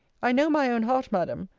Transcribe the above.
i know my own heart, madam.